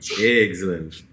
Excellent